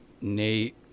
nate